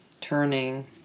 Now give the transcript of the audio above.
turning